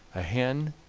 a hen,